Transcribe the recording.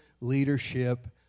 leadership